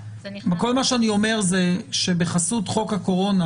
אבל כל מה שאני אומר זה שבחסות חוק הקורונה